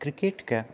क्रिकेटके